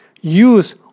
Use